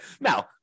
Now